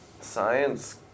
science